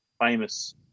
famous